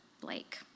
Blake